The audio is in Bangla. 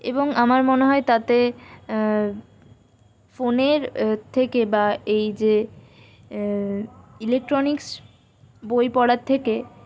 এবং আমার মনে হয় তাতে ফোনের থেকে বা এই যে ইলেকট্রনিক্স বই পড়ার থেকে